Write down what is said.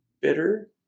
bitter